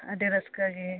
ᱟᱹᱰᱤ ᱨᱟᱹᱥᱠᱟᱹ ᱜᱮ